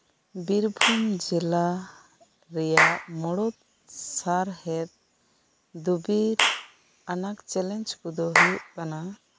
ᱵᱤᱨᱵᱷᱩᱢ ᱡᱮᱞᱟ ᱨᱮᱭᱟᱜ ᱢᱩᱲᱩᱫ ᱥᱟᱨᱦᱮᱫ ᱫᱩᱵᱤᱫ ᱟᱱᱟᱜ ᱪᱮᱞᱮᱧᱡ ᱠᱚᱫᱚ ᱦᱩᱭᱩᱜ ᱠᱟᱱᱟ